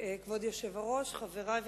כבוד היושב-ראש, חברי וחברותי,